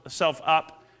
up